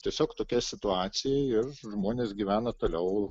tiesiog tokia situacija ir žmonės gyvena toliau